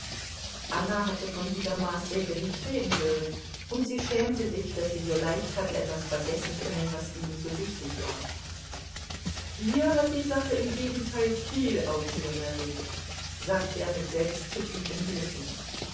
anna hatte von dieser maßregel nicht reden hören und sie schämte sich daß sie so leicht hatte etwas vergessen können was ihm so wichtig war hier hat die sache im gegenteil viel aufsehen er regt sagte er mit selbstzufriedenem lächeln